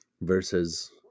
versus